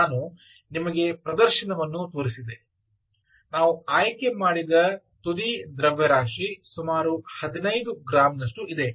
ನಾನು ನಿಮಗೆ ಪ್ರದರ್ಶನವನ್ನು ತೋರಿಸಿದೆ ನಾವು ಆಯ್ಕೆ ಮಾಡಿದ ತುದಿ ದ್ರವ್ಯರಾಶಿ ಸುಮಾರು 15 ಗ್ರಾಂ ಇದೆ